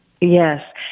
Yes